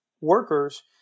workers